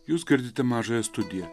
jūs girdite mažąją studiją